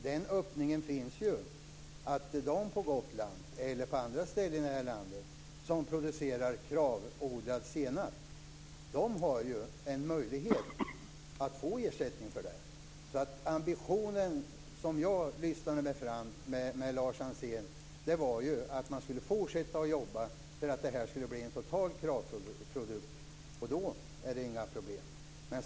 Men öppningen finns att de som på Gotland eller andra ställen i landet producerar Kravodlad senap har möjlighet att få ersättning. Ambitionen hos Lars Ansén var att fortsätta att jobba för att det ska bli en total Kravprodukt. Då är det inga problem.